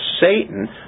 Satan